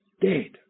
dead